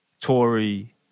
Tory